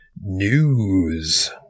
news